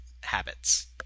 habits